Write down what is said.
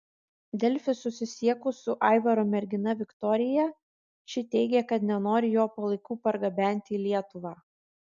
delfi susisiekus su aivaro mergina viktorija ši teigė kad nenori jo palaikų pergabenti į lietuvą